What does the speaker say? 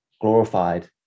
glorified